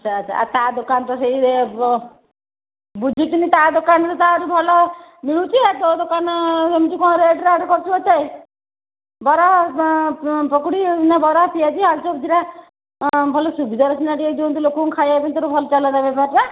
ଆଚ୍ଛା ଆଚ୍ଛା ଆ ତା ଦୋକାନ ତ ସେଇ ବୁଝୁଛନ୍ତି ତା ଦୋକାନରେ ତ ଆଠୁ ଭଲ ମିଳୁଛି ଆଉ ତୋ ଦୋକାନ ସେମିତି କ'ଣ ରେଟରେ ଆଡ଼େ କରୁଛୁ ଏତେ ବରା ପକୁଡ଼ି ବରା ପିଆଜି ଆଳୁଚପ୍ ଭଲ ସୁବିଧାରେ ଦିଅନ୍ତୁ ଲୋକଙ୍କୁ ଖାଇବା ପାଇଁ ତୋର ଭଲ ଚାଲନ୍ତା ବେପାରଟା